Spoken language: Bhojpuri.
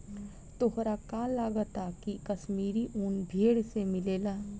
तोहरा का लागऽता की काश्मीरी उन भेड़ से मिलेला